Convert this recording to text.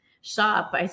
shop